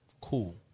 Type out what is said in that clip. Cool